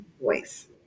voice